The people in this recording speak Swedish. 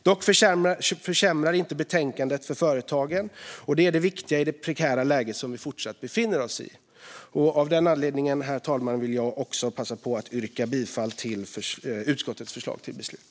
Dock försämrar inte betänkandet för företagen, och det är det viktiga i det prekära läge som vi fortsatt befinner oss i. Herr talman! Av den anledningen vill jag yrka bifall till utskottets förslag till beslut.